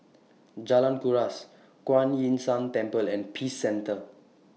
Jalan Kuras Kuan Yin San Temple and Peace Centre